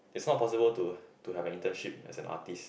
it's not possible to to have a internship as an artist